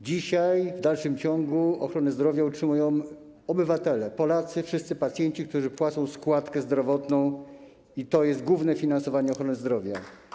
Dzisiaj w dalszym ciągu ochronę zdrowia utrzymują, finansują obywatele, Polacy, wszyscy pacjenci, którzy płacą składkę zdrowotną - to jest główne finansowanie ochrony zdrowia.